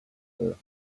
there